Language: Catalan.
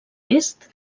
est